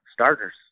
starters